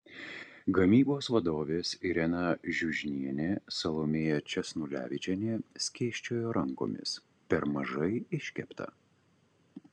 gamybos vadovės irena žiužnienė salomėja česnulevičienė skėsčiojo rankomis per mažai iškepta